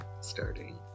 starting